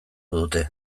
dute